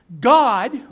God